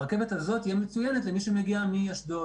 הרכבת הזו תהיה מצוינת למי שמגיע מאשדוד